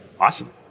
Awesome